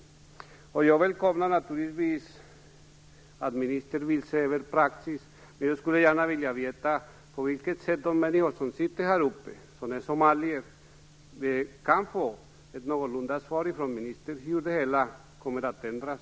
Naturligtvis välkomnar jag att ministern vill se över praxis, men jag skulle gärna vilja veta på vilket sätt de somalier som just nu sitter uppe på läktaren kan få något slags svar från ministern om hur det hela kommer att ändras.